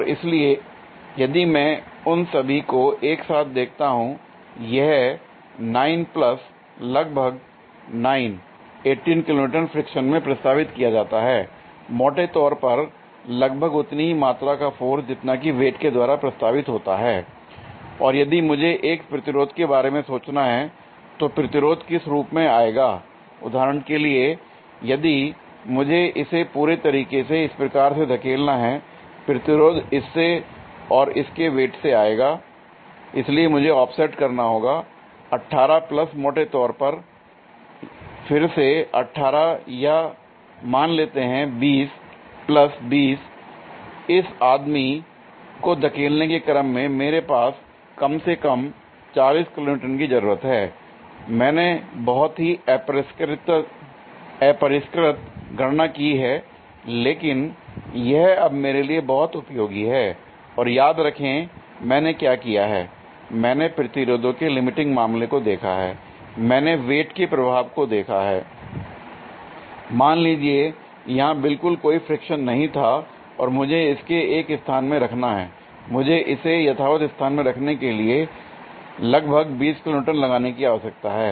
और इसलिए यदि मैं उन सभी को एक साथ देखता हूं यह 9 प्लस लगभग 9 18 kN फ्रिक्शन में प्रस्तावित किया जाता है मोटे तौर पर लगभग उतनी ही मात्रा का फोर्स जितना कि वेट के द्वारा प्रस्तावित होता है l और यदि मुझे एक प्रतिरोध के बारे में सोचना है तो प्रतिरोध किस रूप में आएगा उदाहरण के लिए यदि मुझे इसे पूरे तरीके से इस प्रकार से धकेलना हैं l प्रतिरोध इससे और इसके वेट से आएगा l इसलिए मुझे ऑफ सेट करना होगा 18 प्लस मोटे तौर पर फिर से 18 या मान लेते हैं 20 प्लस 20 इस आदमी को धकेलने के क्रम में मेरे पास कम से कम 40 किलो न्यूटन की जरूरत है l मैंने बहुत ही अपरिष्कृत गणना की है लेकिन यह अब मेरे लिए बहुत उपयोगी है l और याद रखें मैंने क्या किया हैl मैंने प्रतिरोधों के लिमिटिंग मामले को देखा है l मैंने वेट के प्रभाव को देखा है l मान लीजिए यहां बिल्कुल कोई फ्रिक्शन नहीं था और मुझे इसे एक स्थान में रखना है मुझे इसे यथावत स्थान में रखने के लिए लगभग २० किलो न्यूटन लगाने की आवश्यकता है